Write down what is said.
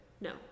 No